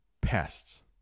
pests